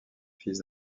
fils